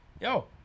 Yo